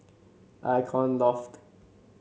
Icon Loft